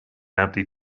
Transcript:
empty